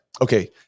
Okay